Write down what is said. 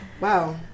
Wow